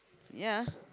yeah